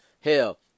hell